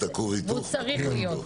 והוא צריך להיות.